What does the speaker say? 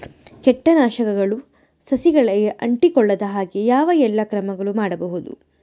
ಕೇಟನಾಶಕಗಳು ಸಸಿಗಳಿಗೆ ಅಂಟಿಕೊಳ್ಳದ ಹಾಗೆ ಯಾವ ಎಲ್ಲಾ ಕ್ರಮಗಳು ಮಾಡಬಹುದು?